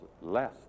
less